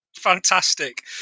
Fantastic